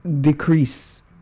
decrease